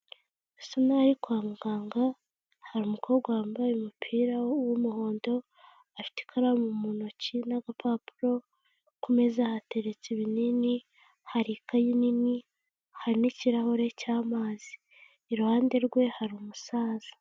Bisa n'aho ari kwa muganga, hari umukobwa wambaye umupira w'umuhondo, afite ikaramu mu ntoki n'agapapuro ku meza, ateretse ibinini hari ikayi nini hari n'ikirahure cy'amazi, iruhande rwe hari umusaza.